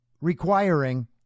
requiring